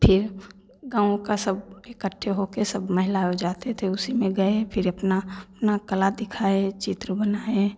फिर गाँव का सब इकट्ठे हो के सब महिला जाते थे उसी में गए फिर अपना अपना कला दिखाए चित्र बनाएँ